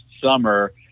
summer